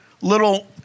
little